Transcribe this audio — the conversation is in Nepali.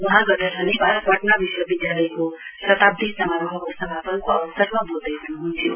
वहाँ गत शनिवार पटना विश्वविधालयको शताब्दी समारोहको समापनको अवसमा वोल्दैह्नुह्न्थ्यो